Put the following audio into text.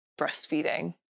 breastfeeding